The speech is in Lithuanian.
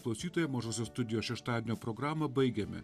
klausytojai mažosios studijos šeštadienio programą baigiame